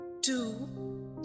two